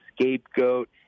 scapegoat